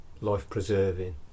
life-preserving